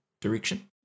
direction